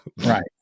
right